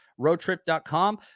Roadtrip.com